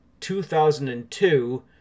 2002